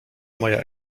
moja